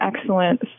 excellent